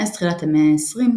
מאז תחילת המאה ה-20,